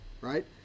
right